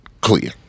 clear